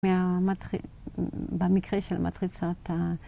במקרה של מטריצת ה...